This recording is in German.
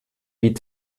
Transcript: wie